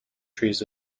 trees